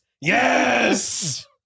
Yes